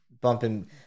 bumping